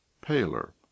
paler